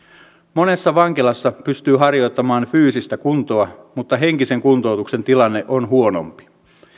monessa vankilassa pystyy harjoittamaan fyysistä kuntoa mutta henkisen kuntoutuksen tilanne on huonompi